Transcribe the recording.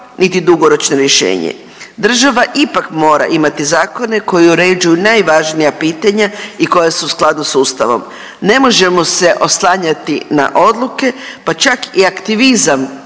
niti dugoročno rješenje. Država ipak mora imati zakone koji uređuju najvažnija pitanja i koja su u skladu s Ustavom. Ne možemo se oslanjati na odluke pa čak i aktivizam